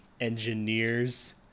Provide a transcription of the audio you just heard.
engineers